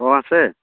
অ' আছে